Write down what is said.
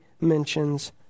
mentions